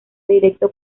directo